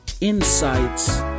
insights